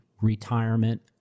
retirement